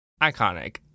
Iconic